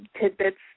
tidbits